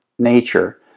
nature